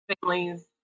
families